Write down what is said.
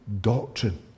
doctrine